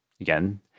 again